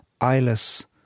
Eyeless